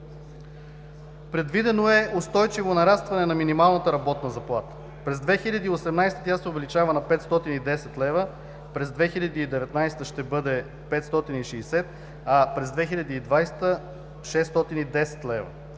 Предвидено е устойчиво нарастване на минималната работна заплата. През 2018 г. тя се увеличава на 510 лв., през 2019 г. ще бъде 560 лв., а през 2020 г. – 610 лв.